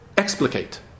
Explicate